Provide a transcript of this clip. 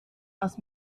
aus